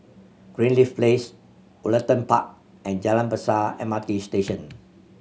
Greenleaf Place Woollerton Park and Jalan Besar M R T Station